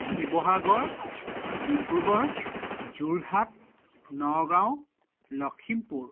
Sivasagar Dibrugarh Jorhat Nagaon Lakhimpur